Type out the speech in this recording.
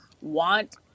want